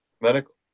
Medical